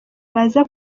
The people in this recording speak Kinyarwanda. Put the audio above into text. baza